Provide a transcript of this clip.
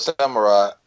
Samurai